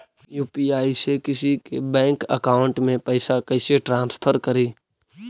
UPI से किसी के बैंक अकाउंट में पैसा कैसे ट्रांसफर करी?